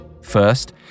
First